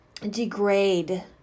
degrade